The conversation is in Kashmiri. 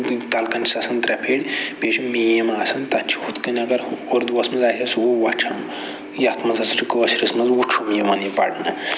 تَلکَنہِ چھِس آسان ترٛےٚ پھیٖرۍ بیٚیہِ چھِ میٖم آسان تَتھ چھِ ہُتھ کٔنۍ اگر اردوٗوَس مَنٛز آسہِ ہے سُہ گوٚو وَچھَن یتھ مَنٛز ہَسا چھُ کٲشرِس مَنٛز وٕچھُن یِوان یہِ پَرنہٕ